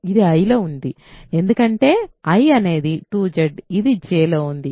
ఇది Iలో ఉంది ఎందుకంటే I అనేది 2Z ఇది Jలో ఉంది